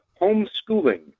homeschooling